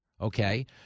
okay